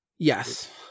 yes